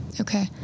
okay